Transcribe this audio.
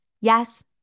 Yes